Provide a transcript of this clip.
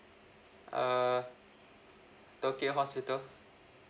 uh tokyo hospital